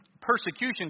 persecution